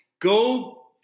go